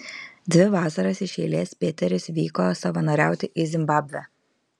dvi vasaras iš eilės pėteris vyko savanoriauti į zimbabvę